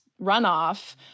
runoff